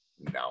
no